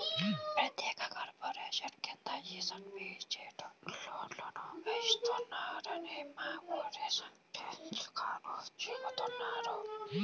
ప్రత్యేక కార్పొరేషన్ కింద ఈ సబ్సిడైజ్డ్ లోన్లు ఇస్తారని మా ఊరి సర్పంచ్ గారు చెబుతున్నారు